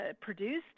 produced